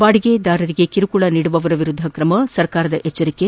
ಬಾಡಿಗೆದಾರರಿಗೆ ಕಿರುಕುಳ ನೀಡುವವರ ವಿರುದ್ದ ಕ್ರಮ ಸರ್ಕಾರದ ಎಚ್ಲರಿಕೆ